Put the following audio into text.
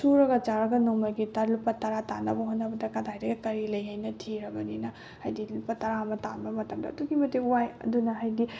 ꯁꯨꯔꯒ ꯆꯥꯔꯒ ꯅꯣꯡꯃꯒꯤ ꯂꯨꯄꯥ ꯇꯔꯥ ꯇꯥꯟꯅꯕ ꯍꯣꯠꯅꯕ ꯀꯗꯥꯏꯗ ꯀꯔꯤ ꯂꯩ ꯍꯥꯏꯅ ꯊꯤꯔꯕꯅꯤꯅ ꯍꯥꯏꯗꯤ ꯂꯨꯄꯥ ꯇꯔꯥ ꯑꯃ ꯇꯥꯟꯕ ꯃꯇꯝꯗ ꯑꯗꯨꯛꯀꯤ ꯃꯇꯤꯛ ꯋꯥꯏ ꯑꯗꯨꯅ ꯍꯥꯏꯗꯤ